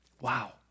Wow